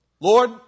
Lord